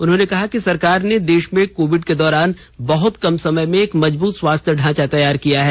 उन्होंने कहा कि सरकार ने देश में कोविड के दौरान बहुत कम समय में एक मजब्रत स्वास्थ्य ढांचा तैयार किया है